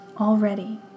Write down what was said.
already